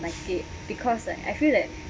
like it because I feel that